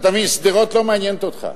אדוני, שדרות לא מעניינת אותך.